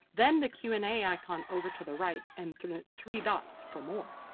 then the q and a ah icon over to the right and through three dots for more.